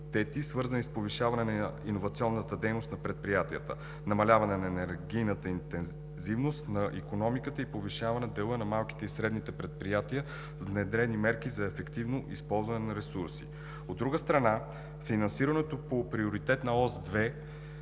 на икономиката и повишаване дела на малките и средни предприятия, внедрени мерки за ефективно използване на ресурси.